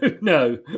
no